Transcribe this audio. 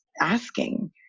asking